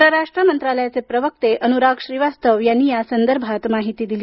परराष्ट्र मंत्रालायचे प्रवक्ते अनुराग श्रीवास्तव यांनी यासंदर्भात माहिती दिली